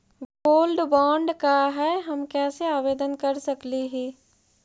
Gold bond का है, हम कैसे आवेदन कर सकली ही?